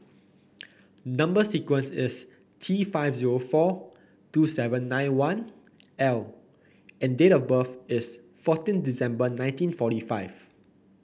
number sequence is T five zero four two seven nine one L and date of birth is fourteen December nineteen forty five